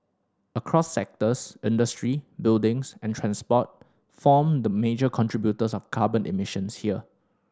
across sectors industry buildings and transport form the major contributors of carbon emissions here